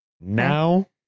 Now